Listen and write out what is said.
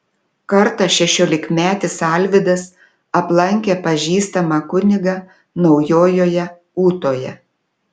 kartą šešiolikmetis alvydas aplankė pažįstamą kunigą naujojoje ūtoje